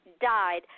Died